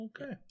okay